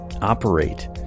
operate